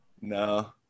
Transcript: No